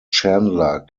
chandler